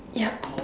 yup